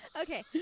Okay